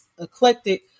eclectic